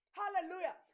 hallelujah